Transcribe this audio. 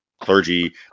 Clergy